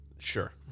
Sure